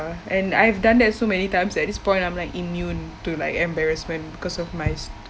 and I've done that so many times that this point I'm like immune to like embarrassment because of my